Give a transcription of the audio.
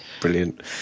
brilliant